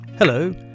Hello